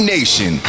Nation